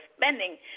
spending